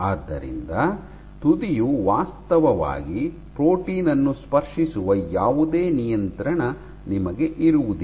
ಆದ್ದರಿಂದ ತುದಿಯು ವಾಸ್ತವವಾಗಿ ಪ್ರೋಟೀನ್ ಅನ್ನು ಸ್ಪರ್ಶಿಸುವ ಯಾವುದೇ ನಿಯಂತ್ರಣ ನಿಮಗೆ ಇರುವುದಿಲ್ಲ